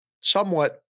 somewhat